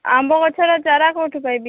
ଆମ୍ବ ଗଛର ଚାରା କୋଉଠୁ ପାଇବି